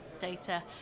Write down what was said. data